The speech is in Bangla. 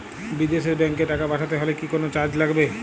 বিদেশের ব্যাংক এ টাকা পাঠাতে হলে কি কোনো চার্জ লাগবে?